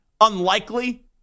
unlikely